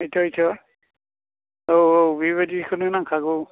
बेनोथ' औ औ बेबायदिखौनो नांखागौ